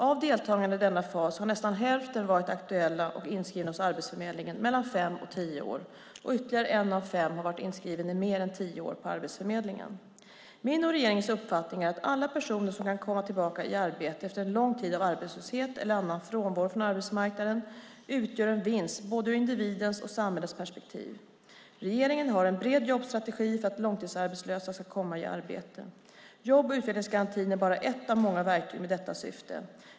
Av deltagarna i denna fas har nästa hälften varit aktuella och inskrivna hos Arbetsförmedlingen mellan fem och tio år och ytterligare en av fem har varit inskriven i mer än tio år på Arbetsförmedlingen. Min och regeringens uppfattning är att alla personer som kan komma tillbaka i arbete efter en lång tid av arbetslöshet eller annan frånvaro från arbetsmarknaden utgör en vinst ur både individens och samhällets perspektiv. Regeringen har en bred jobbstrategi för att långtidsarbetslösa ska komma i arbete. Jobb och utvecklingsgarantin är bara ett av många verktyg med detta syfte.